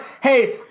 hey